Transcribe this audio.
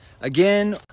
again